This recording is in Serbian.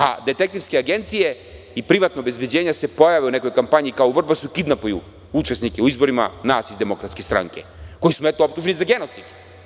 A detektivske agencije i privatna obezbeđenja se pojave u nekoj kampanji, kao u Vrbasu, kidnapuju učesnike u izborima, nas iz DS, koji smo, eto, optuženi za genocid.